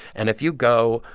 and if you go,